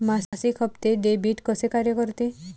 मासिक हप्ते, डेबिट कसे कार्य करते